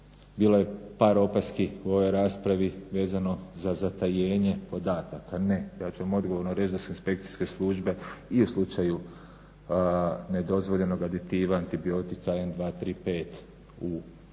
Bilo je par opaski u ovoj raspravi vezano za zatajenje podataka. Ne, ja ću vam odgovorno reći da su inspekcijske službe i u slučaju nedozvoljenog aditiva antibiotika 1., 2.,